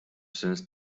since